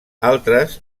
altres